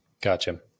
Gotcha